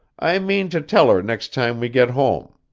i mean to tell her next time we get home.